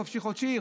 חופשי חודשי,